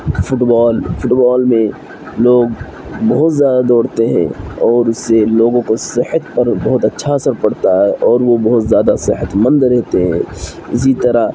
fit بال football میں لوگ بہت زیادہ دوڑتے ہیں اور اس سے لوگوں کو صحت پر بہت اچھا اثر پڑتا ہے اور وہ بہت زیادہ صحت مند رہتے ہیں اسی طرح